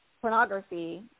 pornography